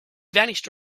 vanished